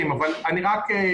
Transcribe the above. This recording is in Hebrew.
שזה 50 או 60 רכבים פרטיים.